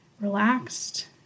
relaxed